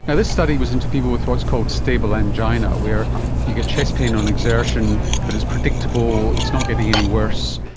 and this study was into people with what's called stable angina, where you get chest pain on exertion but it's predictable, it's not getting any worse,